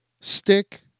stick